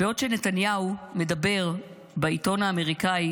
בעוד נתניהו מדבר בעיתון האמריקאי